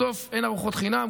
בסוף אין ארוחות חינם.